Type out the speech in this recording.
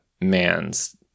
man's